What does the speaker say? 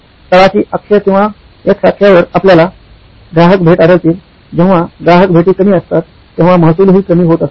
तळाशी अक्ष किंवा एक्स अक्षावर आपल्याला ग्राहक भेट आढळातील जेव्हा ग्राहक भेटी कमी असतात तेव्हा महसूल हि कमी होत असतो